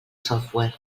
software